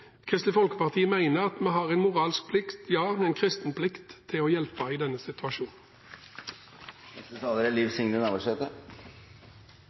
Kristelig Folkeparti mener at vi har en moralsk plikt, ja, en kristen plikt, til å hjelpe i denne situasjonen.